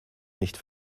nicht